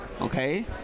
okay